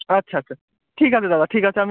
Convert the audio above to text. আচ্ছা আচ্ছা ঠিক আছে দাদা ঠিক আছে আমি